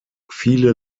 viele